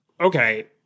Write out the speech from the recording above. Okay